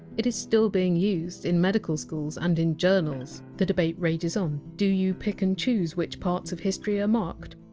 it is still being used in medical schools and in journals. the debate rages on. do you pick and choose which parts of history are marked?